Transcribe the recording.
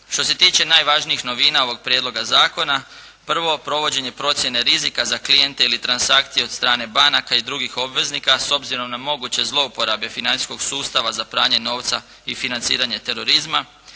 Što se tiče najvažnijih novina ovoga prijedloga zakona. Prvo, provođenje procjene rizika za klijente ili transakciju od strane banka i drugih obveznika s obzirom na moguće zlouporabe financijskog sustava za pranje novca i financiranje terorizma.